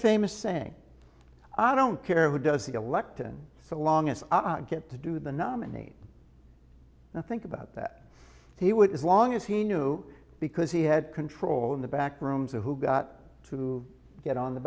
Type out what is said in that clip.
famous saying i don't care who does the elect and so long as i get to do the nominate i think about that he would as long as he knew because he had control in the back rooms of who got to get on the